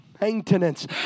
Maintenance